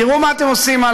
תראו מה שאתם עושים,